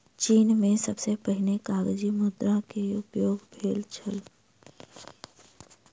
चीन में सबसे पहिने कागज़ी मुद्रा के उपयोग भेल छल